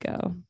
go